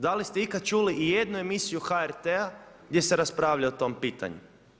Da li ste ikad čuli i jedu emisiju HRT-a gdje se raspravlja o tom pitanju?